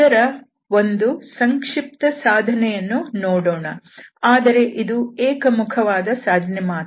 ಇದರ ಒಂದು ಸಂಕ್ಷಿಪ್ತ ಸಾಧನೆಯನ್ನು ನೋಡೋಣ ಆದರೆ ಇದು ಏಕಮುಖವಾದ ಸಾಧನೆ ಮಾತ್ರ